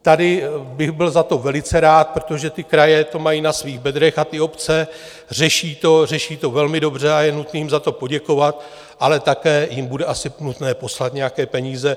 Tady bych byl za to velice rád, protože ty kraje a obce to mají na svých bedrech, řeší to, řeší to velmi dobře a je nutno jim za to poděkovat, ale také jim bude asi nutné poslat nějaké peníze.